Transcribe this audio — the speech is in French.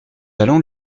allons